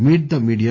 meet the media